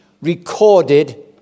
recorded